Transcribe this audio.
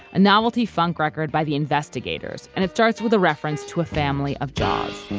a novelty funk record by the investigators, and it starts with a reference to a family of jaws